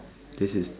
this is